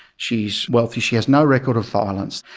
she's wealthy, she has no record of violence,